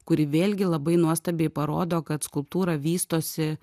kuri vėlgi labai nuostabiai parodo kad skulptūra vystosi